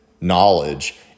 knowledge